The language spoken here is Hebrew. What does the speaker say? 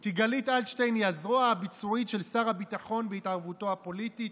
כי גלית אלטשטיין היא הזרוע הביצועית של שר הביטחון בהתערבותו הפוליטית,